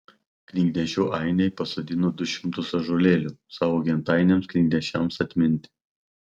knygnešių ainiai pasodino du šimtus ąžuolėlių savo gentainiams knygnešiams atminti